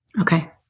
Okay